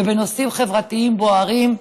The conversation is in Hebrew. ובנושאים חברתיים בוערים,